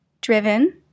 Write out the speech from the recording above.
driven